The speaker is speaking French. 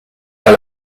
pas